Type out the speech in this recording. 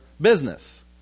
business